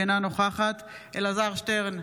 אינה נוכחת אלעזר שטרן,